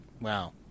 Wow